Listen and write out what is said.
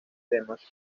temas